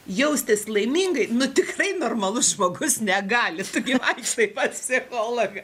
jaustis laimingai nu tikrai normalus žmogus negali tu gi vaikštai pas psichologą